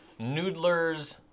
Noodler's